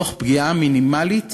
תוך פגיעה מינימלית